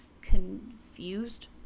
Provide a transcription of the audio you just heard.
confused